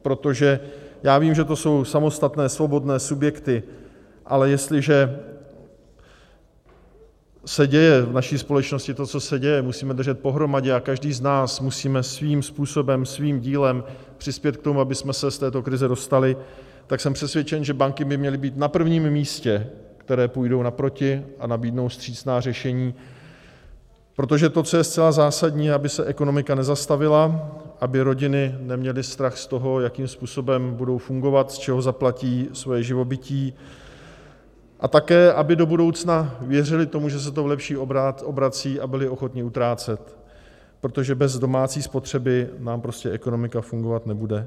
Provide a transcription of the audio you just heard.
Protože já vím, že to jsou samostatné svobodné subjekty, ale jestliže se děje v naší společnosti to, co se děje, musíme držet pohromadě a každý z nás musíme svým způsobem, svým dílem přispět k tomu, abychom se z této krize dostali, tak jsem přesvědčen, že banky by měly být na prvním místě, které půjdou naproti a nabídnou vstřícná řešení, protože to, co je zcela zásadní, aby se ekonomika nezastavila, aby rodiny neměly strach z toho, jakým způsobem budou fungovat, z čeho zaplatí svoje živobytí, a také aby do budoucna věřily tomu, že se v lepší obrací, a byly ochotny utrácet, protože bez domácí spotřeby nám prostě ekonomika fungovat nebude.